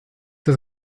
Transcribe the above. das